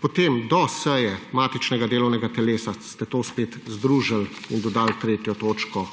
Potem do seje matičnega delovnega telesa ste to spet združili in dodali tretjo točko